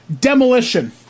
Demolition